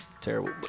terrible